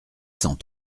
cent